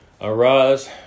Arise